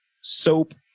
soap